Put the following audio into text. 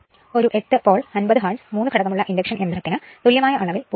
ഒരു 8 pole 50 hertz 3 ഘടകം ഉള്ള ഇൻഡക്ഷൻ യന്ത്രത്തിന് തുല്യമായ അളവിൽ 0